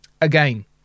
Again